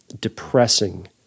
depressing